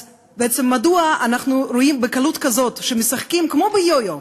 אז בעצם מדוע אנחנו רואים שמשחקים בקלות כזאת כמו ביו-יו?